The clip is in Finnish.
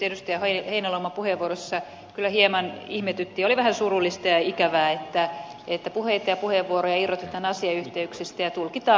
heinäluoman puheenvuorossa kyllä hieman ihmetytti ja oli vähän surullista ja ikävää että puheita ja puheenvuoroja irrotetaan asiayhteyksistä ja tulkitaan tahallaan väärin